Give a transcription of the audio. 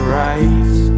rise